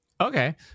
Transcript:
Okay